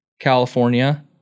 California